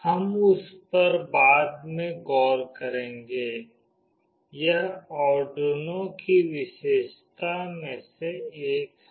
हम उस पर बाद में गौर करेंगे यह आर्डुइनो की विशेषता में से एक है